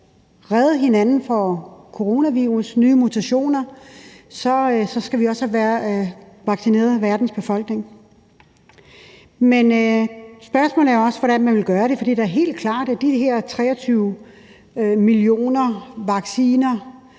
redde hinanden fra coronavirus og nye mutationer, skal vi også have vaccineret verdens befolkning. Men spørgsmålet er, hvordan man vil gøre det, for det er da helt klart, at de her vacciner,